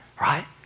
right